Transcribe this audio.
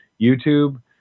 YouTube